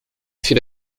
fait